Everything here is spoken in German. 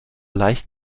leicht